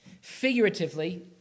Figuratively